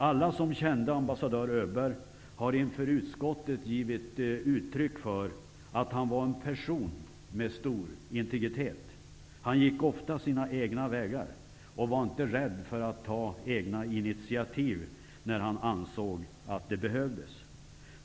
Alla som kände ambassadör Öberg har inför utskottet gett uttryck för att han var en person med stor integritet. Han gick ofta sina egna vägar och var inte rädd för att ta egna initiativ när han ansåg att det behövdes.